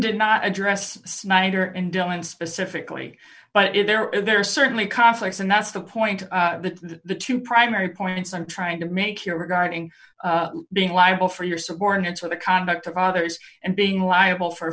did not address snyder and dylan specifically but if there are there are certainly conflicts and that's the point that the two primary points i'm trying to make here regarding being liable for your subordinates for the conduct of others and being liable for